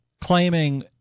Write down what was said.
claiming